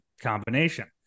combination